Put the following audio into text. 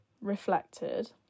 reflected